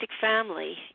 family